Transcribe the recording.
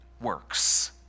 works